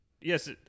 Yes